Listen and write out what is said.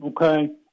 Okay